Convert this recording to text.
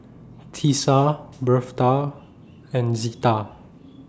Tisa Birtha and Zita